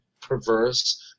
perverse